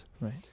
Right